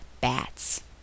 bats